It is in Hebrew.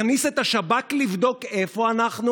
הכניס את השב"כ לבדוק איפה אנחנו,